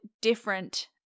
different